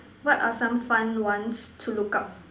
what are some fun ones to look up